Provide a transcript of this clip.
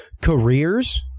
careers